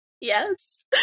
Yes